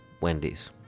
Wendy's